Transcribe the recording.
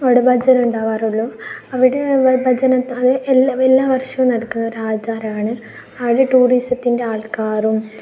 അവിടെ ഭജന ഉണ്ടാകാറുള്ളൂ അവിടെ ഭജന എല്ലാ എല്ലാ വർഷവും നടക്കാറുള്ള ആചാരമാണ് അവിടെ ടൂറിസത്തിൻ്റെ ആൾക്കാരും